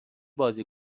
بازی